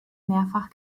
mehrfach